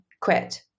quit